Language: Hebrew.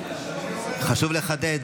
חשוב לחדד: